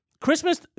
Christmas